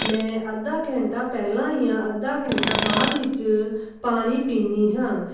ਮੈਂ ਅੱਧਾ ਘੰਟਾ ਪਹਿਲਾਂ ਜਾਂ ਅੱਧਾ ਘੰਟਾ ਬਾਅਦ ਵਿੱਚ ਪਾਣੀ ਪੀਂਦੀ ਹਾਂ